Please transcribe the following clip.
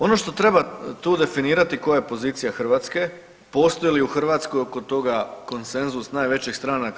Ono što treba tu definirati koja je pozicija Hrvatske, postoji li u Hrvatskoj oko toga konsenzus najvećih stranaka?